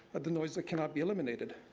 the noise that cannot be eliminated.